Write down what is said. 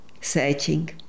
searching